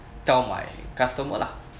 tell my customer lah